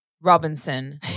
Robinson